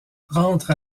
rentre